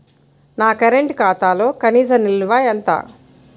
నా కరెంట్ ఖాతాలో కనీస నిల్వ ఎంత?